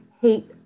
hate